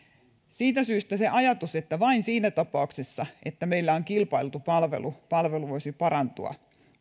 siitä syystä en usko siihen ajatukseen että vain siinä tapauksessa että meillä on kilpailtu palvelu palvelu voisi parantua